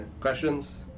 questions